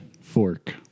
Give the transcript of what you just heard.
fork